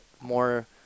more